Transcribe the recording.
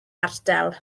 ardal